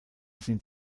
sind